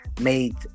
made